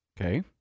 Okay